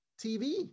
TV